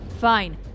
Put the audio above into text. Fine